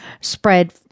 Spread